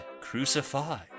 crucified